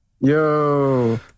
Yo